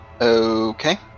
okay